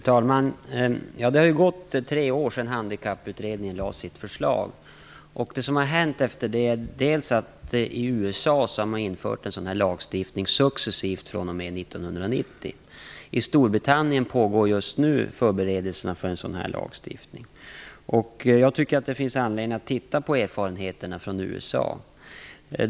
Fru talman! Det har gått tre år sedan Handikapputredningen lade fram sitt förslag. Efter det har det hänt en del saker. I USA har man successivt fr.o.m. 1990 infört en sådan här lagstiftning. I Storbritannien pågår just nu förberedelserna för en sådan här lagstiftning. Jag tycker att det finns anledning att titta på erfarenheterna från USA.